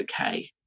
okay